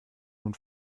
nun